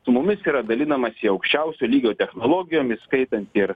su mumis yra dalinamasi aukščiausio lygio technologijom įskaitant ir